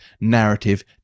narrative